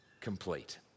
complete